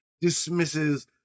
dismisses